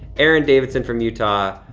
aaron davidson from utah,